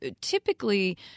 typically